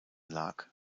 lag